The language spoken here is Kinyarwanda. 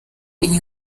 iyi